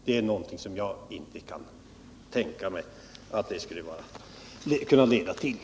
Jag kan inte tänka mig att fem dagars licensjakt kan innebära att vårt förtroende skulle vara förbrukat.